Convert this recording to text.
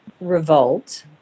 Revolt